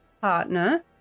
partner